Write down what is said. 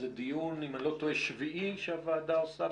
זה דיון שביעי שהוועדה עושה,